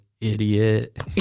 idiot